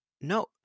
no